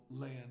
land